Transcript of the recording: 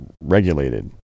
regulated